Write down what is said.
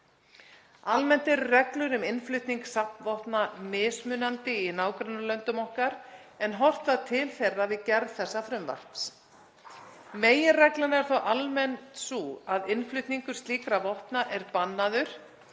Almennt eru reglur um innflutning safnvopna mismunandi í nágrannalöndum okkar en horft var til þeirra við gerð þessa frumvarps. Meginreglan er þó almennt sú að innflutningur slíkra vopna er bannaður